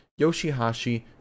Yoshihashi